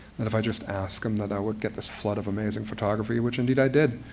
and if i just ask them that i would get this flood of amazing photography, which indeed i did.